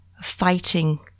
fighting